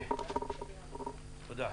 תודה.